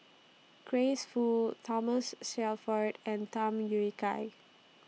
Grace Fu Thomas Shelford and Tham Yui Kai